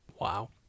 Wow